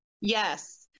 Yes